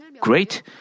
great